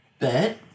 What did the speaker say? bet